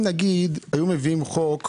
אם, נגיד, היו מביאים את החוק הזה,